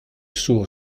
suo